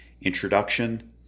introduction